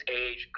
age